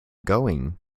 going